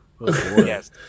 Yes